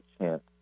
chance